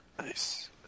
Nice